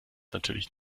natürlich